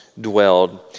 dwelled